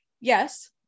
Yes